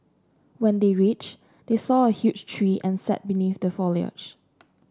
when they reached they saw a huge tree and sat beneath the foliage